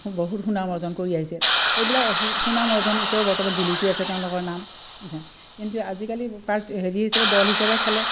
বহুত সুনাম অৰ্জন কৰি আহিছে সেইবিলাক সুনাম অৰ্জন এতিয়াও বৰ্তমান জিলিকি আছে তেওঁলোকৰ নাম কিন্তু আজিকালি পাৰ হেৰি হিচাপে দল হিচাপে খেলে